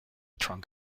trunk